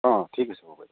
অঁ ঠিক আছে বাৰু